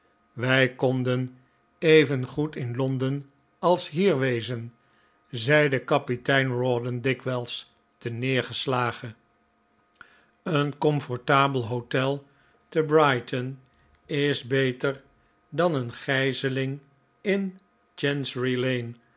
wij konden even goed in londen als hier wezen zeide kapitein rawdon dikwijls terneergeslagen een comfortabel hotel te brighton is beter dan een gijzeling in